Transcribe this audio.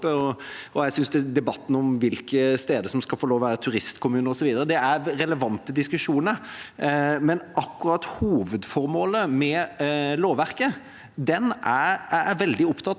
og jeg synes debatten om hvilke steder som skal få lov til å være turistkommuner osv., er relevant. Men akkurat hovedformålet med lovverket er jeg veldig opptatt